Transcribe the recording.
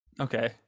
Okay